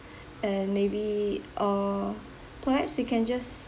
and maybe uh perhaps we can just